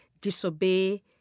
disobey